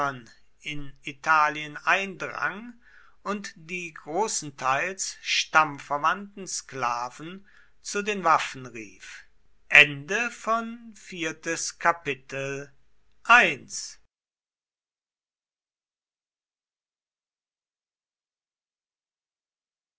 in italien eindrang und die großenteils stammverwandten sklaven zu den waffen rief